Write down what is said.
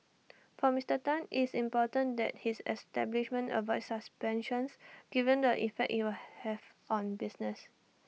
for Mister Tan it's important that his establishment avoids suspensions given the effect IT will have on business